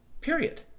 Period